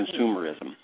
consumerism